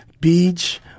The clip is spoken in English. beach